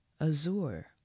azure